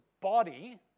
body